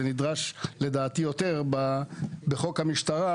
דבר שלדעתי נדרש יותר בחוק המשטרה ,